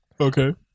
Okay